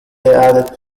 added